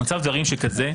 במצב דברים שכזה,